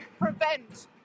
prevent